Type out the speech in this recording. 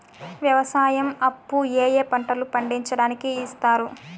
వ్యవసాయం అప్పు ఏ ఏ పంటలు పండించడానికి ఇస్తారు?